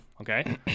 Okay